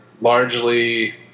largely